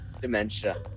dementia